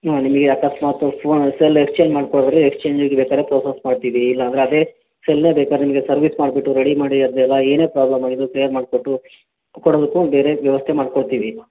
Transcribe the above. ಹಾಂ ನಿಮಗೆ ಅಕಸ್ಮಾತ್ ಫೋನ್ ಸೆಲ್ ಎಕ್ಸ್ಚೇಂಜ್ ಮಾಡ್ಕೊಳೊದಾದ್ರೆ ಎಕ್ಸ್ಚೇಂಜಿಗೆ ಬೇಕಾದ್ರೆ ಪ್ರೋಸಸ್ ಮಾಡ್ತೀವಿ ಇಲ್ಲಾಂದರೆ ಅದೇ ಸೆಲ್ಲನ್ನ ಬೇಕಾರೆ ನಿಮಗೆ ಸರ್ವಿಸ್ ಮಾಡಿಬಿಟ್ಟು ರೆಡಿ ಮಾಡಿ ಅದನ್ನೆಲ್ಲ ಏನೇ ಪ್ರಾಬ್ಲಮ್ ಆಗಿದ್ದರೂ ಕ್ಲಿಯರ್ ಮಾಡಿಕೊಟ್ಟು ಕೊಡೋದಕ್ಕೂ ಬೇರೆ ವ್ಯವಸ್ಥೆ ಮಾಡ್ಕೊತೀವಿ